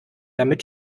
damit